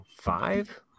Five